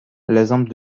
l’exemple